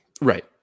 Right